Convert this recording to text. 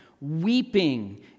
weeping